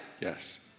Yes